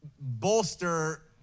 bolster